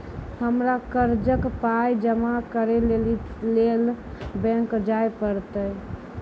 हमरा कर्जक पाय जमा करै लेली लेल बैंक जाए परतै?